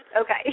Okay